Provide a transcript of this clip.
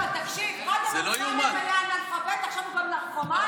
לא, תקשיב, קודם, אנאלפבית, עכשיו הוא גם נרקומן?